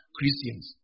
Christians